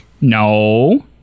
No